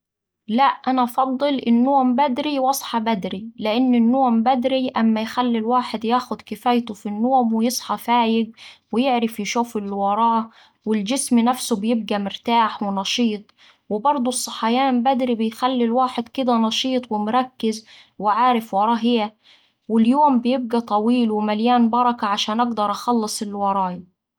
لا، أنا أفضل النوم بدري وأصحا بدري لإن النوم بدري أما يخلي الواحد ياخد كفايته في النوم ويصحا فايق ويعرف يشوف اللي وراه والجسم نفسه بيبقا مرتاح ونشيط و برده الصحيان بدري بيخلي الواحد كدا نشيط ومركز وعارف وراه إيه واليوم بيبقا طويل ومليان بركة عشان أقدر أخلص اللي ورايا.